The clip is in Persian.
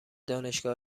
دانشگاه